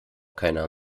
keiner